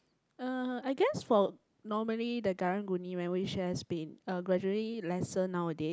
uh I guess for normally the karang-guni man which has been uh gradually lesser nowadays